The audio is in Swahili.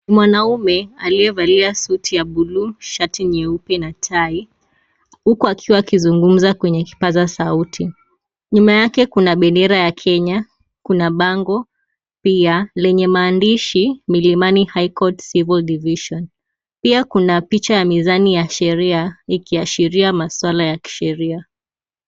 Mwanaume aliyevalia suti ya bluu shati nyeupe na tai huku akiwa anazungumza kwenye kipasa sauti nyuma yake kunda bendera ya Kenya kunda bango pia lenye maandishi Milimani High Court Civil Division pia kuna picha ya mizani ya sheria ikiashiria maswala ya sheria.